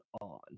on